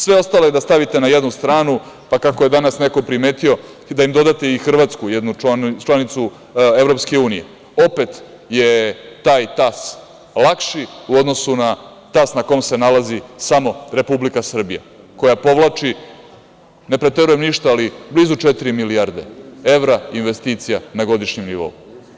Sve ostale da stavite na jednu stranu, pa, kako je danas neko primetio, da im dodate i Hrvatsku, jednu članicu EU, opet je taj tas lakši u odnosu na tas na kom se nalazi samo Republike Srbija, koja povlači, ne preterujem ništa, ali blizu četiri milijarde evra investicija na godišnjem nivou.